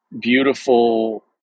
beautiful